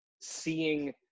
seeing